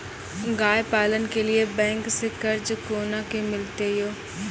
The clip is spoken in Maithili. गाय पालन के लिए बैंक से कर्ज कोना के मिलते यो?